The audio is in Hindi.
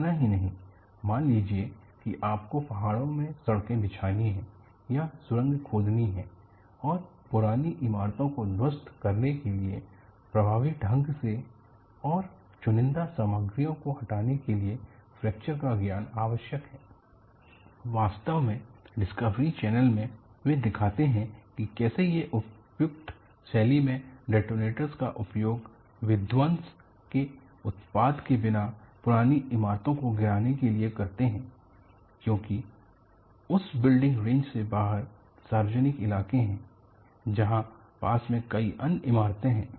इतना ही नहीं मान लीजिए कि आपको पहाड़ों में सड़कें बिछानी हैं या सुरंग खोदनी है और पुरानी इमारतों को ध्वस्त करने के लिए प्रभावी ढंग से और चुनिंदा सामग्रियों को हटाने के लिए फ्रैक्चर का ज्ञान आवश्यक है वास्तव में डिस्कवरी चैनल में वे दिखाते हैं कि कैसे वे उपयुक्त शैली में डेटोनेटर का उपयोग विध्वंस के उत्पाद के बिना पुरानी इमारतों को गिराने के लिए करते हैं क्योंकि उस बिल्डिंग रेंज से बाहर सार्वजनिक इलाके है जहां पास में कई अन्य इमारतें हैं